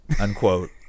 unquote